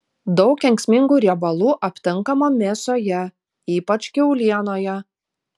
daug kenksmingų riebalų aptinkama mėsoje ypač kiaulienoje